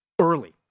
early